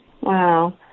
Wow